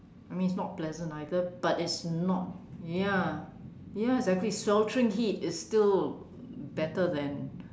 I mean it's not pleasant either but it's not ya ya exactly sweltering heat is still better than